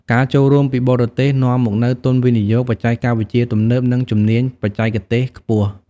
ការចូលរួមពីបរទេសនាំមកនូវទុនវិនិយោគ បច្ចេកវិទ្យាទំនើបនិងជំនាញបច្ចេកទេសខ្ពស់។